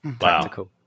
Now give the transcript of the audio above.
Wow